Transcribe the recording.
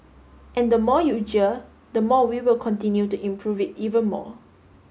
and the more you jeer the more we will continue to improve it even more